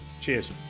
Cheers